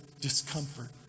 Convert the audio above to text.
discomfort